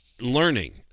learning